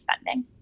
spending